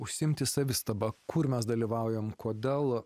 užsiimti savistaba kur mes dalyvaujam kodėl